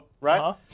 right